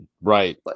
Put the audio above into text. right